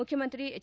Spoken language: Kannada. ಮುಖ್ಯಮಂತ್ರಿ ಎಚ್